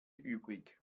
übrig